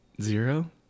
Zero